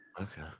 Okay